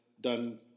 done